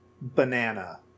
banana